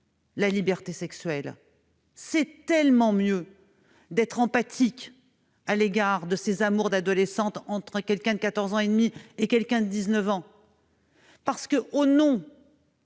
la liberté sexuelle ! C'est tellement mieux d'être empathique à l'égard de ces « amours adolescentes » entre quelqu'un de 14 ans et demi et quelqu'un de 19 ans ! Mais, toujours au nom